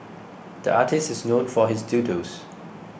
the artist is known for his doodles